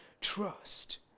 trust